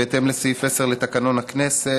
בהתאם לסעיף 10 לתקנון הכנסת,